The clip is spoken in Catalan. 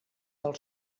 del